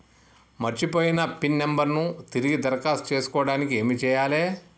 మర్చిపోయిన pin number ను తిరిగి దరఖాస్తు చేసుకోవడానికి ఏమి చేయాలే?